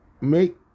make